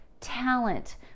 Talent